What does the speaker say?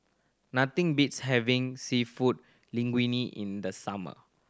nothing beats having Seafood Linguine in the summer